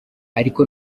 ariko